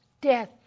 death